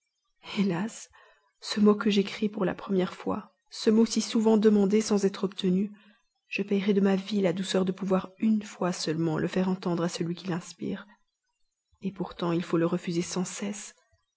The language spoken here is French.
hélas ce mot que j'écris pour la première fois ce mot si souvent demandé sans être obtenu je payerais de ma vie la douceur de pouvoir une fois seulement le faire entendre à celui qui l'inspire et pourtant il faut le refuser sans cesse